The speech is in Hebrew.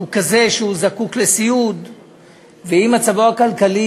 הוא כזה שהוא זקוק לסיעוד ואם מצבו הכלכלי